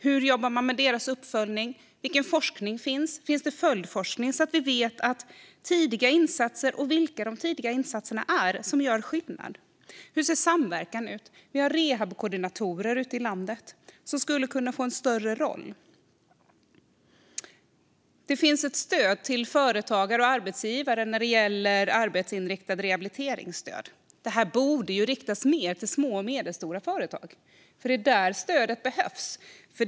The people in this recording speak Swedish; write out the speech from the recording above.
Hur jobbar man med deras uppföljning? Vilken forskning finns? Finns det följdforskning, så att vi vet vilka tidiga insatser som gör skillnad? Hur ser samverkan ut? Hur gör rehabkoordinatorer ute i landet som skulle kunna få en större roll? Det finns ett stöd till företagare och arbetsgivare när det gäller arbetsinriktat rehabiliteringsstöd. Det borde riktas mer till små och medelstora företag, för det är där stödet behövs.